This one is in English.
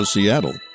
Seattle